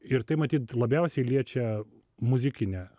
ir tai matyt labiausiai liečia muzikinę